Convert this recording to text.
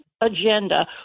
agenda